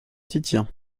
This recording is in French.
titien